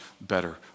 better